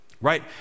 Right